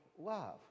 love